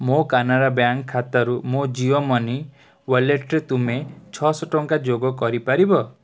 ମୋ କାନାରା ବ୍ୟାଙ୍କ୍ ଖାତାରୁ ମୋ ଜିଓ ମନି ୱାଲେଟରେ ତୁମେ ଛଅଶହ ଟଙ୍କା ଯୋଗ କରିପାରିବ